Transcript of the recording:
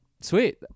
Sweet